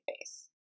face